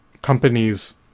Companies